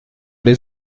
les